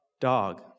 Dog